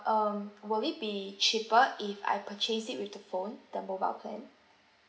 um will it be cheaper if I purchase it with the phone the mobile plan